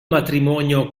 matrimonio